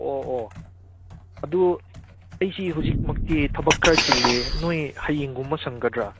ꯑꯣ ꯑꯣ ꯑꯗꯨ ꯑꯩꯁꯦ ꯍꯧꯖꯤꯛꯃꯛꯇꯤ ꯊꯕꯛ ꯈꯔꯥ ꯆꯤꯜꯂꯤꯌꯦ ꯅꯈꯣꯏ ꯍꯌꯦꯡꯒꯨꯝꯕ ꯁꯪꯒꯗ꯭ꯔꯥ